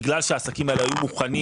בגלל שהעסקים האלה היו מוכנים,